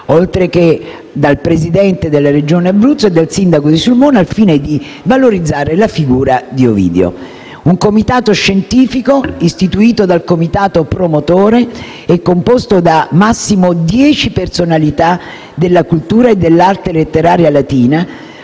oltreché dal Presidente della Regione Abruzzo e dal sindaco di Sulmona al fine di valorizzare la figura di Ovidio. Un comitato scientifico, istituito dal comitato promotore e composto da massimo dieci personalità della cultura e dell'arte letteraria latina,